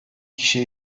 kişi